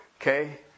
Okay